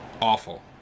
awful